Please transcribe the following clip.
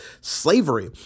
slavery